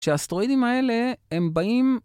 שאסטרואידים האלה הם באים...